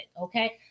okay